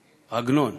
לעגנון.